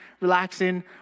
relaxing